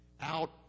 out